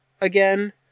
again